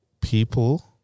People